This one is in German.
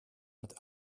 mit